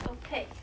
okay